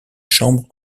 chambre